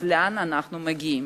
אז לאן אנחנו מגיעים?